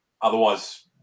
otherwise